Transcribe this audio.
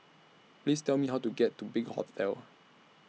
Please Tell Me How to get to Big Hotel